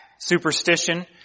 superstition